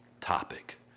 topic